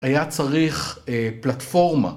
היה צריך פלטפורמה.